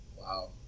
wow